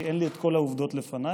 כי אין לי כל העובדות לפניי.